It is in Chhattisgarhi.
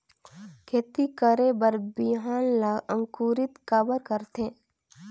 खेती करे बर बिहान ला अंकुरित काबर करथे?